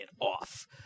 off